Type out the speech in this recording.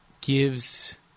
gives